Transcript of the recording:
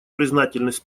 признательность